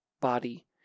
body